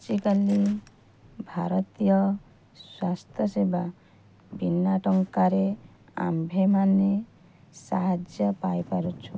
ଆଜିକାଲି ଭାରତୀୟ ସ୍ୱାସ୍ଥ୍ୟସେବା ବିନା ଟଙ୍କାରେ ଆମ୍ଭେମାନେ ସାହାଯ୍ୟ ପାଇପାରୁଛୁ